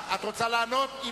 את רוצה לענות,